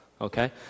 okay